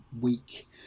week